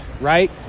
right